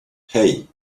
hey